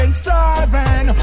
striving